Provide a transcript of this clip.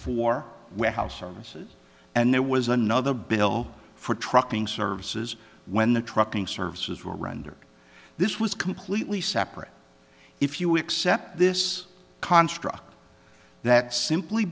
for warehouse services and there was another bill for trucking services when the trucking services were rendered this was completely separate if you accept this construct that simply